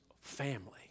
family